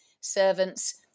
servants